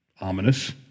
ominous